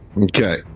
okay